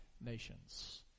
nations